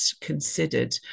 considered